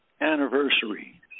anniversary